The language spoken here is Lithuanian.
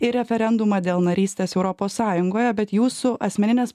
ir referendumą dėl narystės europos sąjungoje bet jūsų asmeninės